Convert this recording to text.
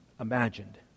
imagined